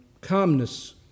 Calmness